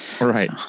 Right